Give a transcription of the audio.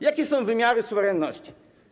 Jakie są wymiary suwerenności?